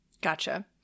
Gotcha